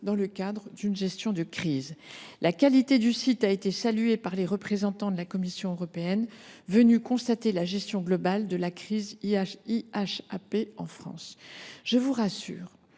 dans le cadre d’une gestion de crise. Sa qualité a d’ailleurs été saluée par les représentants de la Commission européenne, venus constater la gestion globale de la crise de l’influenza aviaire